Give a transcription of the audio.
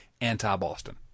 anti-Boston